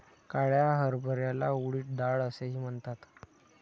काळ्या हरभऱ्याला उडीद डाळ असेही म्हणतात